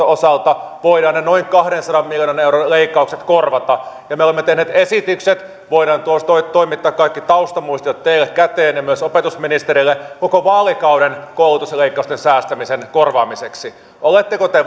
osalta voidaan ne noin kahdensadan miljoonan euron leik kaukset korvata ja me olemme tehneet esitykset voidaan toimittaa kaikki taustamuistiot teille käteen ja myös opetusministerille koko vaalikauden koulutusleikkausten vaikuttaman säästämisen korvaamiseksi oletteko te